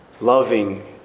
loving